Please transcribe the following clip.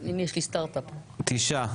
תשעה.